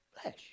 flesh